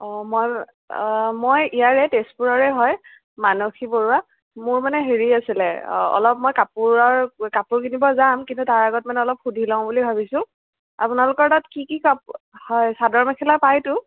মই মই ইয়াৰে তেজপুৰৰে হয় মানসী বৰুৱা মোৰ মানে হেৰি আছিলে অলপ মই কাপোৰৰ কাপোৰ কিনিব যাম কিন্তু তাৰ আগত মানে লপ সুধি লওঁ বুলি ভাবিছোঁ আপোনালোকৰ তাৰ কি কি কাপোৰ হয় চাদৰ মেখেলা পায়তো